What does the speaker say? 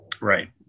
Right